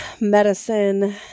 medicine